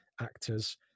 actors